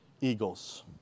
eagles